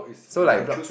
so like a block